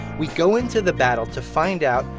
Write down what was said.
we go into the battle to find out,